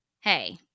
hey